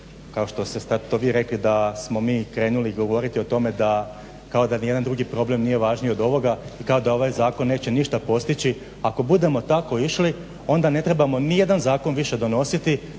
kao što ste sad to vi rekli da smo mi krenuli govoriti o tome kao da nijedan drugi problem nije važniji od ovoga i kao da ovaj zakon neće ništa postići. Ako budemo tako išli onda ne trebamo nijedan zakon više donositi